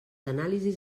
anàlisis